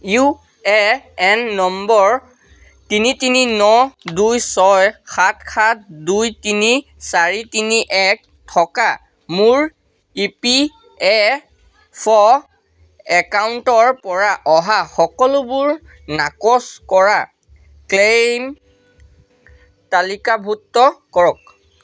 UAN number তিনি তিনি ন দুই ছয় সাত সাত দুই তিনি চাৰি তিনি এক থকা মোৰ ইপিএফ' একাউণ্টৰ পৰা অহা সকলোবোৰ নাকচ কৰা ক্লেইম তালিকাভুক্ত কৰক